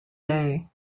day